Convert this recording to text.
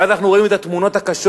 ואז אנחנו רואים את התמונות הקשות